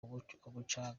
umucanga